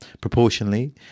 proportionally